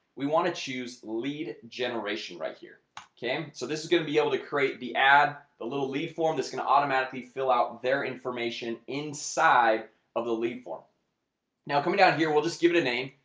we want to choose lead generation right here okay so this is gonna be able to create the add the little lead form that's gonna automatically automatically fill out their information inside of the lead form now coming down here. we'll just give it a name.